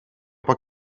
bod